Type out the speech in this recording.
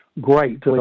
great